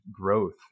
growth